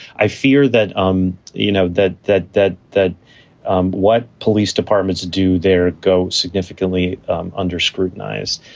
i fear that, um you know, that that that that um what police departments do there go significantly um under scrutinize?